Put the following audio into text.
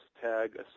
Tag